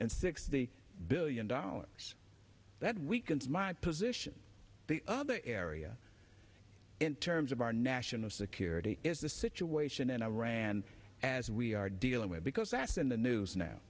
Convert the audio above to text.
and sixty billion dollars that weakens my position the other area in terms of our national security is the situation in iran as we are dealing with because i asked in the news now